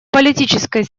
политической